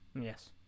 Yes